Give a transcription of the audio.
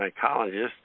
psychologist